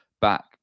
back